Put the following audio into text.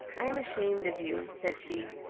i am ashamed of you, said she.